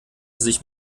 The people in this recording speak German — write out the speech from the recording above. sich